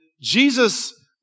Jesus